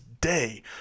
day